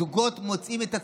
זוגות מוצאים את עצמם,